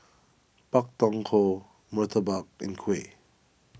Pak Thong Ko Murtabak and Kuih